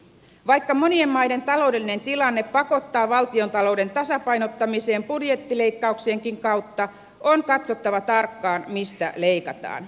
vaikka monien maiden taloudellinen tilanne pakottaa valtiontalouden tasapainottamiseen budjettileikkauksienkin kautta on katsottava tarkkaan mistä leikataan